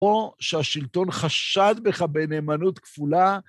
או שהשלטון חשד בך בנאמנות כפולה.